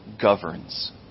governs